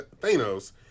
thanos